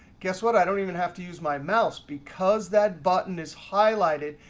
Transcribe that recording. guess what? i don't even have to use my mouse. because that button is highlighted,